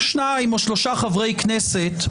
שניים או שלושה חברי כנסת.